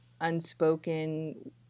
unspoken